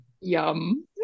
Yum